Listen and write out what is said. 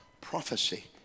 prophecy